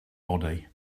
body